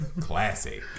Classy